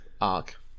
arc